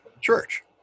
church